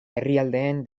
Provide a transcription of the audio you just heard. herrialdeen